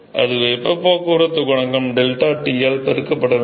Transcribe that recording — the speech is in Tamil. அது வெப்பப் போக்குவரத்துக் குணகம் 𝜟T ஆல் பெருக்கப்பட வேண்டும்